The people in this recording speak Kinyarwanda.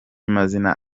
mazina